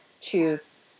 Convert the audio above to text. choose